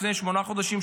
לפני שמונה חודשים,